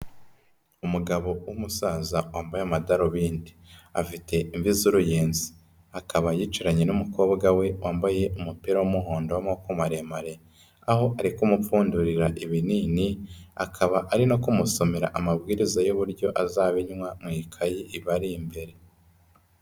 Umugabo w'umusaza wambaye amadarubindi. Afite imvi z'uruyenzi. Akaba yicaranye n'umukobwa we, wambaye umupira w'umuhondo w'amaboko maremare, aho ari kumupfundurira ibinini, akaba ari no kumusomera amabwiriza y'uburyo azabinywa, mu ikayi ibari imbere.